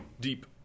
deep